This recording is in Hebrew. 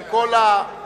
עם כל הסתירה,